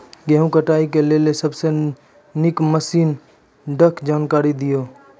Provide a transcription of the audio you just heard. गेहूँ कटाई के लेल सबसे नीक मसीनऽक जानकारी दियो?